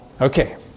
Okay